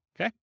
okay